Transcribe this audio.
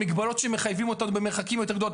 המגבלות שמחייבים אותנו במרחקים יותר גדולים.